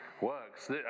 Works